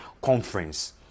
conference